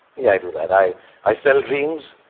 yeah, i do that. i i sell dreams,